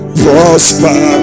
prosper